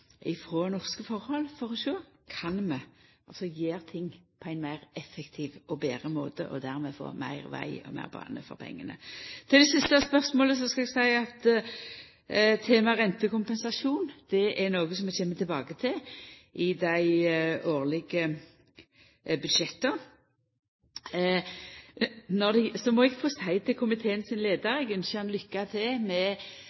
frå norske forhold for å sjå om vi kan gjera ting på ein meir effektiv og betre måte, og dermed få meir veg og meir bane for pengane. Til det siste spørsmålet om rentekompensasjon vil eg seia at det er noko vi kjem tilbake til i dei årlege budsjetta. Så må eg få seia til komiteen sin leiar at eg ynskjer han lykke til med